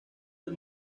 del